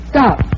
Stop